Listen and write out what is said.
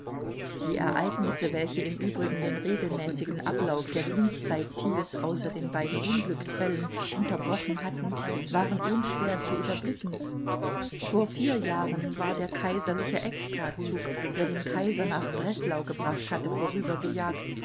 die ereignisse welche im übrigen den regelmäßigen ablauf der dienstzeit thiels außer den beiden unglücksfällen unterbrochen hatten waren unschwer zu überblicken vor vier jahren war der kaiserliche extrazug der den kaiser nach breslau gebracht hatte